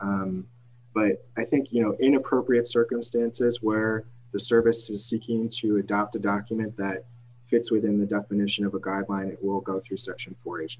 but i think you know in appropriate circumstances where the service is seeking to adopt a document that fits within the definition of a guideline it will go through searching for